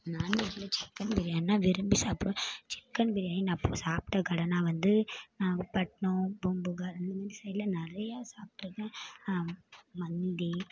நான்வெஜ்ஜில் chicken பிரியாணினா விரும்பி சாப்பிடுவேன் சிக்கன் பிரியாணி நான் சாப்பிட்ட கடைனா வந்து நாகப்பட்னம் பூம்புகார் இந்த மாதிரி சைடில் நிறையா சாப்பிட்ருக்கேன் மந்தி